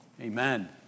Amen